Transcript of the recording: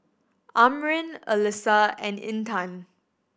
Amrin Alyssa and Intan